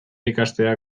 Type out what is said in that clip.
ikastea